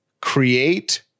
Create